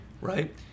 right